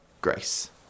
Grace